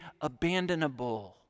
abandonable